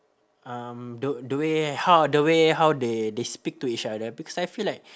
um the the way how the way how they they speak to each other because I feel like